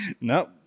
No